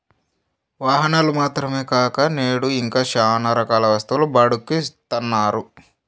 వాహనాలు మాత్రమే కాక నేడు ఇంకా శ్యానా రకాల వస్తువులు బాడుక్కి ఇత్తన్నారు